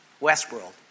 Westworld